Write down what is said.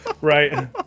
Right